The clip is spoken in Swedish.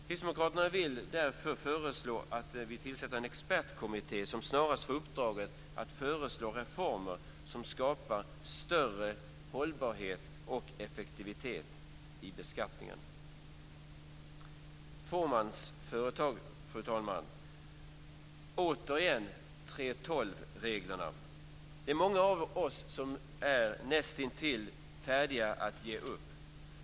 Kristdemokraterna vill därför föreslå att en expertkommitté tillsätts. Denna bör snarast få uppdraget att föreslå reformer som skapar större hållbarhet och effektivitet i beskattningen. Nu kommer jag, fru talman, in på fåmansföretagen och 3:12-reglerna. Det är många av oss som är nästintill färdiga att ge upp.